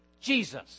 Jesus